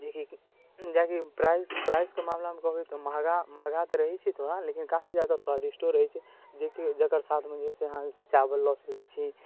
जेकि जेकि प्राइसके मामिलामे बहुत महगा महगा तऽ रहै छै थोड़ा लेकिन काफी ज्यादा स्वादिष्टो रहै छै जेकि जकर साथमे अहाँ जे छै से चावल लऽ सकै छी